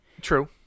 True